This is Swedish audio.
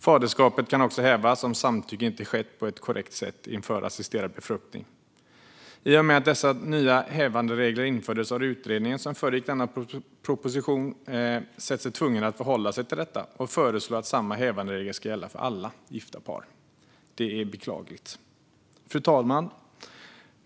Faderskapet kan också hävas om samtycke inte skett på korrekt sätt inför assisterad befruktning. I och med att dessa nya hävanderegler infördes har utredningen som föregick denna proposition sett sig tvungen att förhålla sig till detta och föreslå att samma hävanderegler ska gälla för alla gifta par. Det är beklagligt. Fru talman!